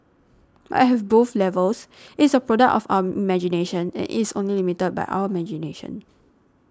but have both levels it's a product of our imagination and it's only limited by our imagination